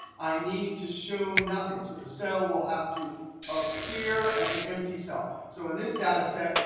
i need to show nothing. so the cell will have to appear as an empty cell. so in this data set,